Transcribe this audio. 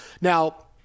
Now